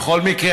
בכל מקרה,